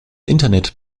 internet